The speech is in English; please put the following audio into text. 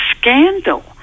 scandal